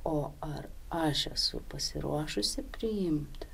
o ar aš esu pasiruošusi priimt